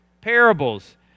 Parables